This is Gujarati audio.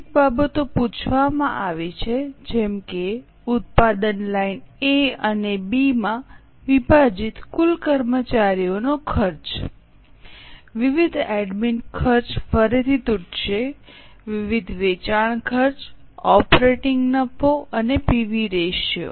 કેટલીક બાબતો પૂછવામાં આવી છે જેમ કે ઉત્પાદન લાઇન એ અને બી માં વિભાજિત કુલ કર્મચારીનો ખર્ચ વિવિધ સંચાલન ખર્ચ ફરીથી તૂટશે વિવિધ વેચાણ ખર્ચ ઓપરેટીંગ નફો અને પીવી રેશિયો